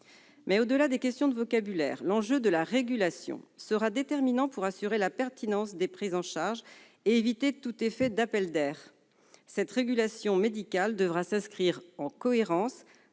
Au-delà des questions de vocabulaire, l'enjeu de la régulation sera déterminant pour assurer la pertinence des prises en charge et éviter tout appel d'air. Cette régulation médicale devra être cohérente